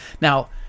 Now